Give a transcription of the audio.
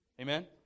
Amen